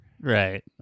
Right